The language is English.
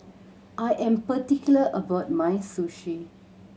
I am particular about my Sushi